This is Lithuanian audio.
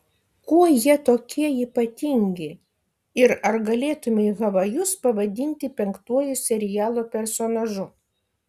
kuo jie tokie ypatingi ir ar galėtumei havajus pavadinti penktuoju serialo personažu